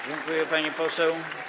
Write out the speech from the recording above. Dziękuję, pani poseł.